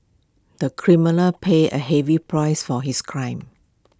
the criminal paid A heavy price for his crime